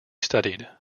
studied